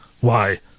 Why